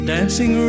Dancing